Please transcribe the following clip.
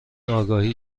آگاهی